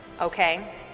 okay